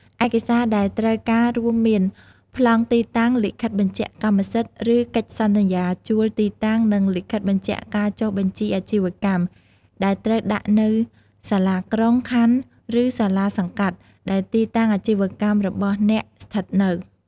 ឯកសារដែលត្រូវការរួមមាន ប្លង់ទីតាំង លិខិតបញ្ជាក់កម្មសិទ្ធិ ឬកិច្ចសន្យាជួលទីតាំង និង លិខិតបញ្ជាក់ការចុះបញ្ជីអាជីវកម្ម ដែលត្រូវដាក់នៅ សាលាក្រុង ខណ្ឌ ឬ សាលាសង្កាត់ ដែលទីតាំងអាជីវកម្មរបស់អ្នកស្ថិតនៅ។